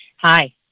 Hi